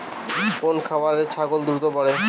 কোন খাওয়ারে ছাগল দ্রুত বাড়ে?